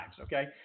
okay